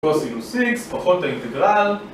קוסינוס x פחות האינטגרל